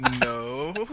No